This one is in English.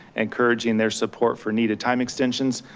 encouraging their support for needed time extensions.